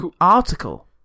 article